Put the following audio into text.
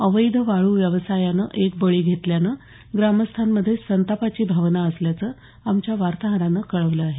अवैध वाळू व्यवसायानं एक बळी घेतल्यानं ग्रामस्थांमध्ये संतापाची भावना असल्याचं आमच्या वार्ताहरानं कळवलं आहे